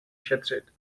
šetřit